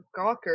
gawker